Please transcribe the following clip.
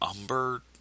Umber